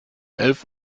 elf